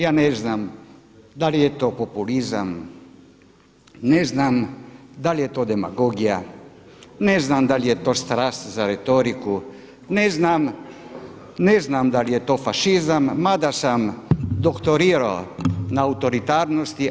Ja ne znam da li je to populizam, ne znam da li je to demagogija, ne znam da li je to strast za retoriku, ne znam, ne znam da li je to fašizam mada sam doktorirao na autoritarnosti.